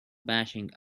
bashing